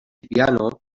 piano